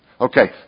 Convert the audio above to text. Okay